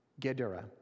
Gedera